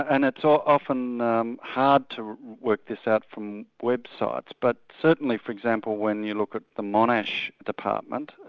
and it's ah often um hard to work this out from websites, but certainly for example, when you look at the monash department,